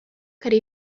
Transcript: could